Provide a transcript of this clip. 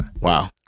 Wow